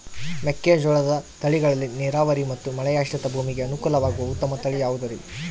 ಮೆಕ್ಕೆಜೋಳದ ತಳಿಗಳಲ್ಲಿ ನೇರಾವರಿ ಮತ್ತು ಮಳೆಯಾಶ್ರಿತ ಭೂಮಿಗೆ ಅನುಕೂಲವಾಗುವ ಉತ್ತಮ ತಳಿ ಯಾವುದುರಿ?